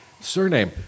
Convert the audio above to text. surname